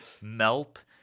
Melt